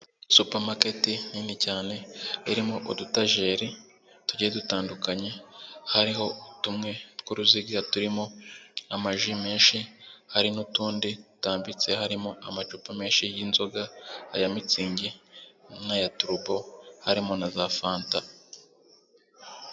Supamaketi nini cyane, irimo udutajeri, tujyiye dutandukanye, hariho tumwe tw'uruziga turimo amaji menshi, hari n'utundi dutambitse harimo amacupa menshi y'inzoga, aya mitsingi, n'aya turubo harimo na za fanta.